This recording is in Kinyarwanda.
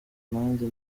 nanjye